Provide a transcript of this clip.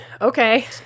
Okay